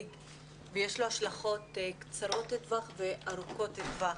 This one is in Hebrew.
זה נושא מאוד מאוד מדאיג ויש לו השלכות קצרות טווח וארוכות טווח.